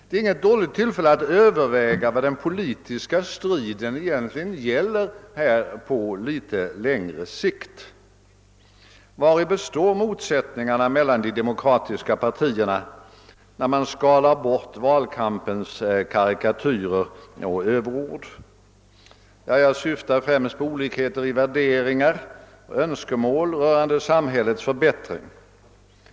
Det är inget dåligt tillfälle att nu överväga vad den politiska striden egentligen gäller på litet längre sikt. Vari består då motsättningarna mellan de demokratiska partierna, när man skalar bort valkampens karikatyrer och överord? Jag syftår främst på olikheter i värderingar och önskemål rörande samhällets förbättring.